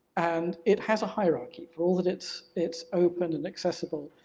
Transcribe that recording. and it has a hierarchy, for all that it's it's opened and accessible,